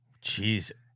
Jesus